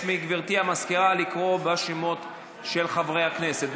מגברתי המזכירה לקרוא בשמות חברי הכנסת.